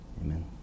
amen